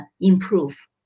improve